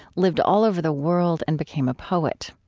lived all over the world, and became a poet.